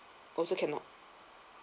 also cannot